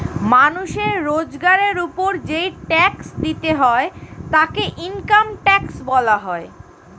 মানুষের রোজগারের উপর যেই ট্যাক্স দিতে হয় তাকে ইনকাম ট্যাক্স বলা হয়